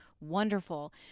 wonderful